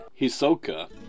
Hisoka